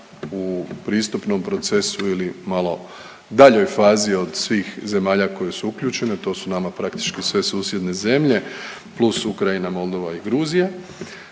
u pristupnom procesu ili malo daljoj fazi od svih zemalja koje su uključene, to su nama praktički sve susjedne zemlje + Ukrajina, Moldova i Gruzija,